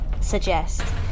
suggest